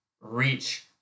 reach